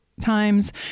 times